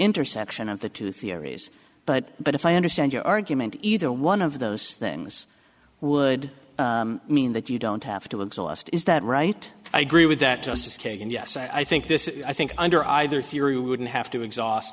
intersection of the two theories but but if i understand your argument either one of those things would mean that you don't have to exhaust is that right i agree with that justice kagan yes i think this is i think under either theory wouldn't have to exhaust